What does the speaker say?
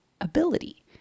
ability